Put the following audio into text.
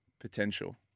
potential